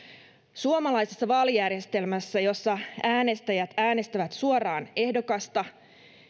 suomalaisessa vaalijärjestelmässä jossa äänestäjät äänestävät suoraan ehdokasta